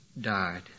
died